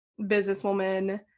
businesswoman